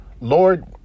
Lord